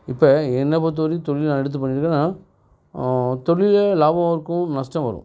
இப்போ என்ன பொறுத்த வரையும் தொழில் நான் எடுத்து பண்ணுன்னா தொழிலில் லாபமும் இருக்கும் நஷ்டம் வரும்